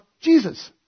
Jesus